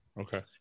Okay